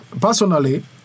personally